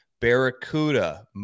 Barracuda